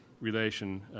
relation